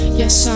yes